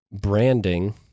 branding